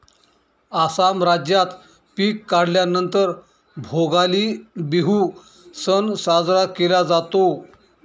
आसाम राज्यात पिक काढल्या नंतर भोगाली बिहू सण साजरा केला जातो